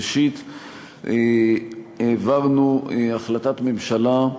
ראשית, העברנו החלטת ממשלה,